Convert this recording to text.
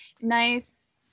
nice